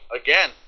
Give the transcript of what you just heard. again